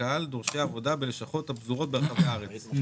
בקהל דורשי עבודה בלשכות הפזורות ברחבי הארץ.